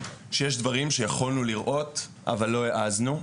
שיש דברים שיכולנו לראות אבל לא העזנו,